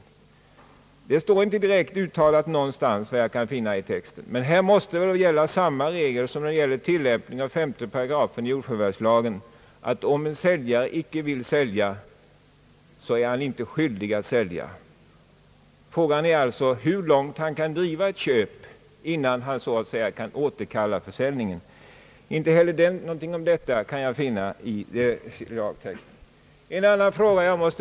Såvitt jag har kunnat finna i lagtexten står det inte direkt uttalat någonstans. Här måste väl dock gälla samma regler som när det gäller tillämpningen av 5 § jordförvärvslagen, nämligen att om en säljare inte vill sälja, är han inte heller skyldig att sälja. Frågan är alltså hur långt han kan driva ett köp, innan han inte längre kan återkalla försäljningen. Inte helier någonting om detta kan jag finna i lagtexten, propositionen eller utskottsutlåtandet.